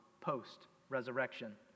post-resurrection